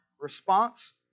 response